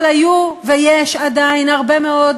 אבל היו ויש עדיין הרבה מאוד